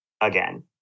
again